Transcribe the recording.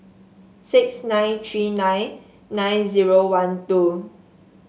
six nine three nine nine zero one two